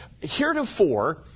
heretofore